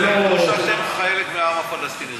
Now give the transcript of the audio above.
זה לא, לא שאתם חלק מהעם הפלסטיני.